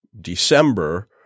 December